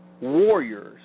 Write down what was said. warriors